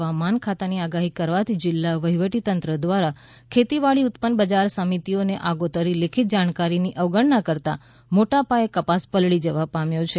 ફવામાન ખાતાની આગાહી કરવાથી જિલ્લા વહીવટી તંત્ર દ્વારા ખેતી વાડી ઉત્પન્ન બજાર સમિતિઓને આગોતરી લેખિત જાણકારીની અવગણના કરતા મોટા પાયે કપાસ પલળી જવા પામ્યો છે